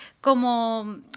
como